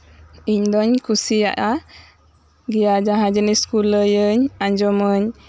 ᱤᱧ ᱫᱩᱧ ᱠᱩᱥᱤᱭᱟᱜᱼᱟ ᱡᱟᱦᱟᱸ ᱡᱤᱱᱤᱥ ᱠᱚ ᱞᱟᱹᱭᱟᱹᱧ ᱟᱸᱡᱚᱢᱟᱧ